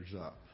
up